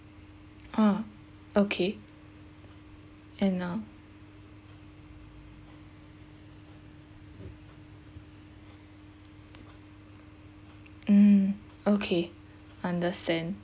ah okay and uh mm okay understand